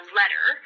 letter